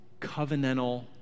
covenantal